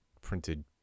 printed